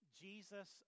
Jesus